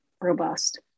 robust